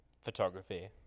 photography